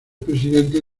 presidente